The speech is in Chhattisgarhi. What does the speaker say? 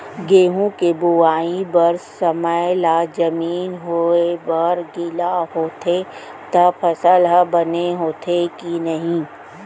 गेहूँ के बोआई बर समय ला जमीन होये बर गिला होथे त फसल ह बने होथे की नही?